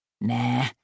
Nah